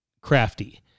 crafty